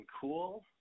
cool